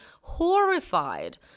horrified